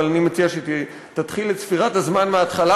אבל אני מציע שתתחיל את ספירת הזמן מההתחלה